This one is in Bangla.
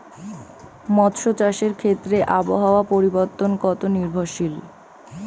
মৎস্য চাষের ক্ষেত্রে আবহাওয়া পরিবর্তন কত নির্ভরশীল?